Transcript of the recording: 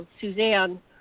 Suzanne